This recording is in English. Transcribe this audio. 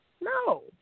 No